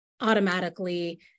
automatically